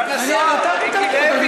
רק רגע, אני רק נתתי הקדמה.